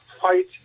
fight